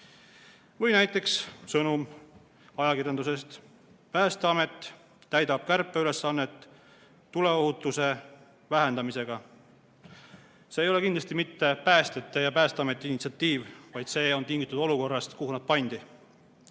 Või näiteks sõnum ajakirjandusest: Päästeamet täidab kärpeülesannet tuleohutuse vähendamisega. See ei ole kindlasti mitte päästjate ja Päästeameti initsiatiiv, vaid see on tingitud olukorrast, kuhu nad pandi.